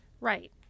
Right